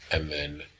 and then,